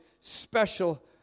special